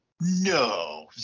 No